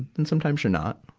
and sometimes you're not.